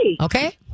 Okay